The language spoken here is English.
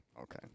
okay